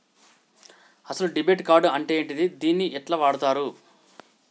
అసలు debit card అంటే ఏంటిది? దీన్ని ఎట్ల వాడుతరు?